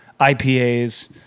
IPAs